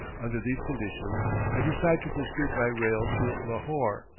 under these conditions i decide to proceed by rail to lahore,